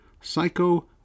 Psycho